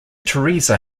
theresa